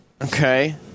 Okay